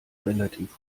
relativ